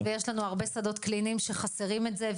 יש לנו הרבה מקצועות ויש לנו הרבה שדות קליניים שחסרים את זה.